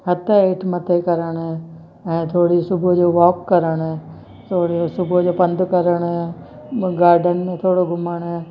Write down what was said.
हथ हेठि मथे करण ऐं थोरी सुबुह जो वॉक करणु थोरी सुबुह जो पंध करणु गार्डन में थोरो घुमणु